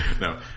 no